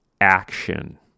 action